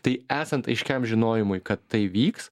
tai esant aiškiam žinojimui kad tai vyks